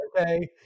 Okay